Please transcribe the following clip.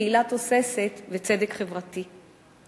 קהילה תוססת וצדק חברתי.